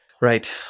Right